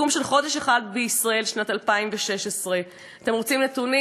סיכום של חודש אחד בישראל של שנת 2016. אתם רוצים נתונים?